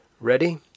Ready